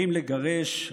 האם לגרש?